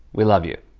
we love you.